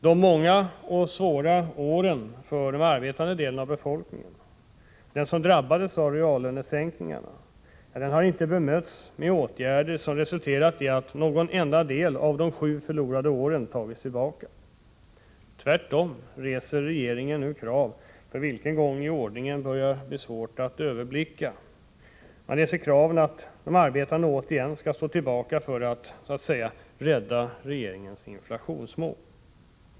De många och svåra åren för den arbetande delen av befolkningen, den som drabbades av reallönesänkningarna, har inte bemötts med åtgärder som resulterat i att någon enda del av de sju förlorade åren tagits tillbaka. Tvärtom reser regeringen krav — för vilken gång i ordningen börjar bli svårt att överblicka — på att de arbetande återigen skall stå tillbaka för att, så att säga, rädda regeringens inflationsmål.